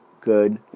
good